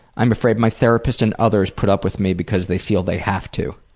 i'm afraid my therapist and others put up with me because they feel they have to.